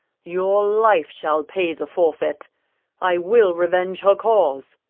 your life shall pay the forfeit i will revenge her cause.